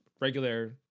regular